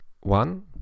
One